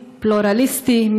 פלורליסטי,